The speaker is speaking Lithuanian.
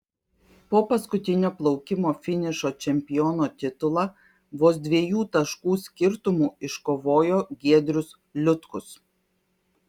po paskutinio plaukimo finišo čempiono titulą vos dviejų taškų skirtumu iškovojo giedrius liutkus